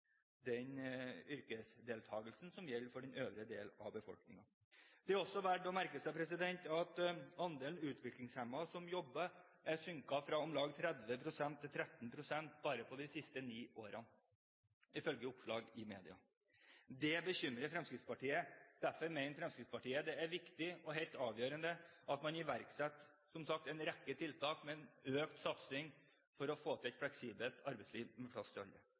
den yrkesdeltakelsen som gjelder for den øvrige delen av befolkningen. Det er også verdt å merke seg at andelen utviklingshemmede som jobber, har sunket fra om lag 30 pst. til 13 pst. bare de siste ni årene ifølge oppslag i mediene. Det bekymrer Fremskrittspartiet. Derfor mener Fremskrittspartiet det er viktig og helt avgjørende at man, som sagt, iverksetter en rekke tiltak og har en økt satsing for å få til et fleksibelt arbeidsliv med plass